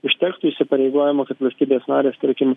užtektų įsipareigojimo kad valstybės narės tarkim